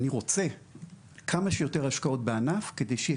אני רוצה כמה שיותר השקעות בענף כדי שיהיה